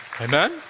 Amen